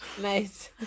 Nice